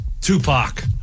Tupac